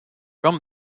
from